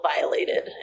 violated